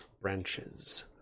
branches